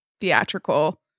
theatrical